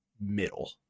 Middle